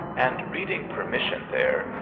and reading per mission there,